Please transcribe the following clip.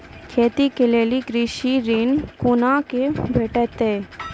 खेती के लेल कृषि ऋण कुना के भेंटते?